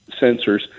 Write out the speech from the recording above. sensors